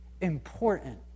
important